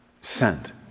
sent